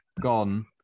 gone